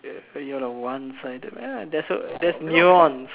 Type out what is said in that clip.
you're a one sided ah there's a there's nuance